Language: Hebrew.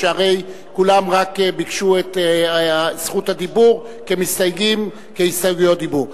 שהרי כולם רק ביקשו את זכות הדיבור כמסתייגים להסתייגויות דיבור.